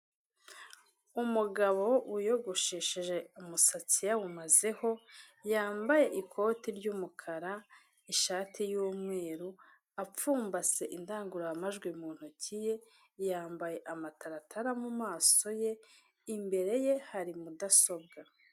Umugabo wiyogosheshe umusatsi yawumazeho yambaye ikoti ry'umukara, ishati y'Umweru, apfumbase indangururamajwi mu ntoki ye yambaye amataratara maso ye imbere ye hari mudasobwa.